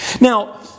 Now